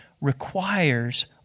requires